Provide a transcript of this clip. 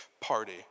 party